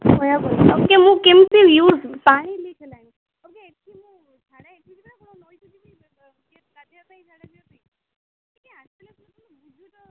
କହିବାକୁ ପଡ଼ିବ କେ ମୁଁ କେମିତି ୟୁଜ୍ ପାଣି ଲିକ୍ ହେଲାଣି ତୁମକୁ ଏଠି ମୁଁ ଝାଡ଼ା ଏଠି ଯିବି ନା କ'ଣ ନଈ କି ଯିବି ଗାଧୋଇବା ପାଇଁ ଝାଡ଼ା ଯିବା ପାଇଁ ଟିକେ ଆସିଲେ ସିନା ତୁମେ ବୁଝୁଛ